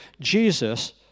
Jesus